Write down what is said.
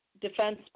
Defense